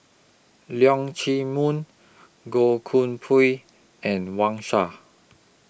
Leong Chee Mun Goh Koh Pui and Wang Sha